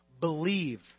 believe